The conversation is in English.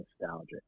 nostalgic